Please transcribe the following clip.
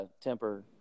temper